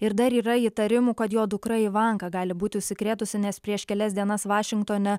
ir dar yra įtarimų kad jo dukra ivanka gali būti užsikrėtusi nes prieš kelias dienas vašingtone